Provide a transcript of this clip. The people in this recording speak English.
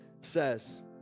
says